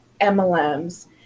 MLMs